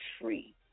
free